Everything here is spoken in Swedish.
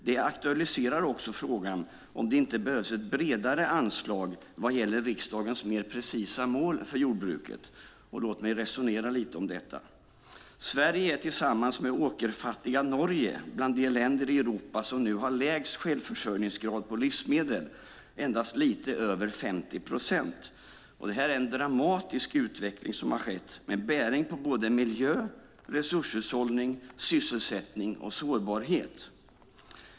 Det aktualiserar också frågan om det inte behövs ett bredare anslag vad gäller riksdagens mer precisa mål för jordbruket. Låt mig resonera lite om detta. Sverige är tillsammans med åkerfattiga Norge bland de länder i Europa som nu har lägst självförsörjningsgrad på livsmedel, endast lite över 50 procent. Det är en dramatisk utveckling som har skett, med bäring på miljö, resurshushållning, sysselsättning och sårbarhet.